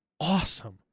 awesome